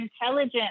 intelligent